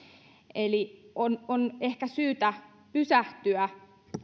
eli on on ehkä syytä pysähtyä